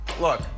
Look